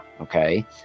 okay